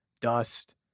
dust